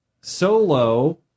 Solo